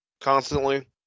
constantly